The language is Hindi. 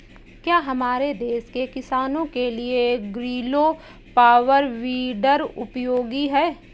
क्या हमारे देश के किसानों के लिए ग्रीलो पावर वीडर उपयोगी है?